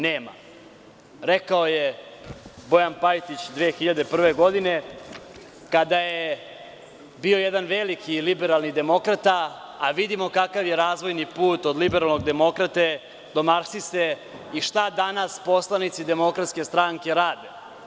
Nema – rekao je Bojan Pajtić 2001. godine, kada je bio jedan veliki liberalni demokrata, a vidimo kakav je razvojni put od liberalnog demokrate do marksiste i šta danas poslanici DS rade.